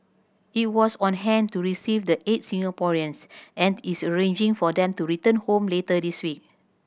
it was on hand to receive the eight Singaporeans and is arranging for them to return home later this week